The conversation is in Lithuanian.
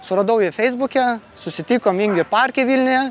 suradau jį feisbuke susitikom vingio parke vilniuje